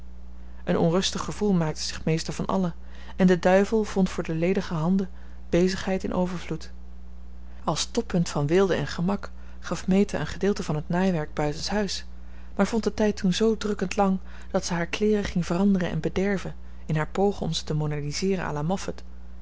een onrustig gevoel maakte zich meester van allen en de duivel vond voor de ledige handen bezigheid in overvloed als toppunt van weelde en gemak gaf meta een gedeelte van het naaiwerk buitenshuis maar vond den tijd toen zoo drukkend lang dat ze haar kleeren ging veranderen en bederven in haar pogen om ze te moderniseeren